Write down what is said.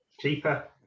Cheaper